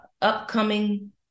upcoming